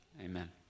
Amen